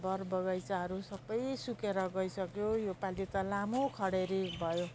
बोट बगैँचाहरू सब सुकेर गइसक्यो यो पालि त लामो खडेरी भयो